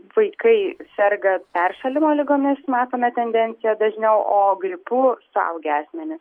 vaikai serga peršalimo ligomis matome tendenciją dažniau o gripu suaugę asmenys